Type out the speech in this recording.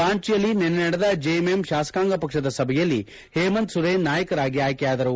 ರಾಂಚಿಯಲ್ಲಿ ನಿನ್ನೆ ನಡೆದ ಜೆಎಂಎಂ ಶಾಸಕಾಂಗ ಪಕ್ಷದ ಸಭೆಯಲ್ಲಿ ಹೇಮಂತ್ ಸೊರೇನ್ ನಾಯಕರಾಗಿ ಆಯ್ಕೆಯಾದರು